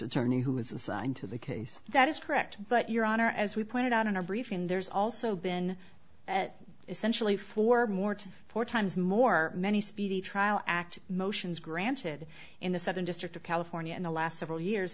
attorney who is assigned to the case that is correct but your honor as we pointed out in our briefing there's also been at essentially four more to four times more many speedy trial act motions granted in the southern district of california in the last several years